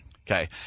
Okay